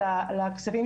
הבקשות בפנסיה.